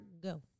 Go